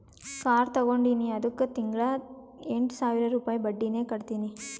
car ತಗೊಂಡಿನಿ ಅದ್ದುಕ್ ತಿಂಗಳಾ ಎಂಟ್ ಸಾವಿರ ರುಪಾಯಿ ಬಡ್ಡಿನೆ ಕಟ್ಟತಿನಿ